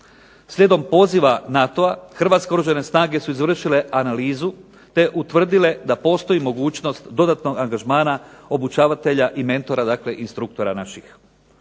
Slijedom poziva NATO-a hrvatske Oružane snage su izvršile analizu te utvrdile da postoji mogućnost dodatnog angažmana obučavatelja i mentora, dakle instruktora naših.